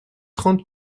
trente